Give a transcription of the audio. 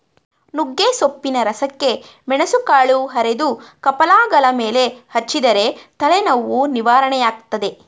ನುಗ್ಗೆಸೊಪ್ಪಿನ ರಸಕ್ಕೆ ಮೆಣಸುಕಾಳು ಅರೆದು ಕಪಾಲಗಲ ಮೇಲೆ ಹಚ್ಚಿದರೆ ತಲೆನೋವು ನಿವಾರಣೆಯಾಗ್ತದೆ